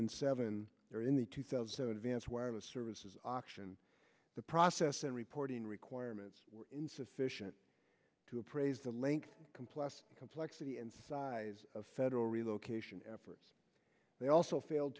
and seven there in the two thousand advance wireless services auction the process and reporting requirements were insufficient to appraise the length complex complexity and size of federal relocation efforts they also failed